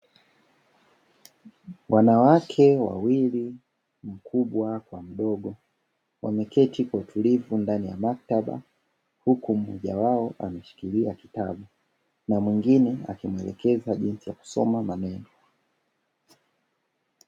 Wanawake wawili mkubwa kwa mdogo, wameketi kwa utulivu ndani ya maktaba, huku mmoja wao ameshikilia kitabu na mwingine akimuelekeza jinsi ya kusoma maneno.